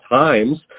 times